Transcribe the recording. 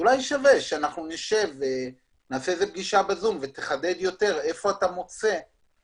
אולי שווה שנשב יחד ותחדד יותר איפה אתה מוצא את הפערים.